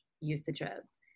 usages